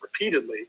repeatedly